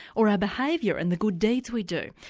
or our behaviour and the good deeds we do?